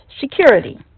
security